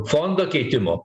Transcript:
fondo keitimo